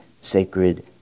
sacred